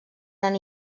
gran